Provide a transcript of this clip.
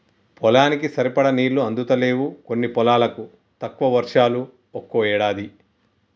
పొలానికి సరిపడా నీళ్లు అందుతలేవు కొన్ని పొలాలకు, తక్కువ వర్షాలు ఒక్కో ఏడాది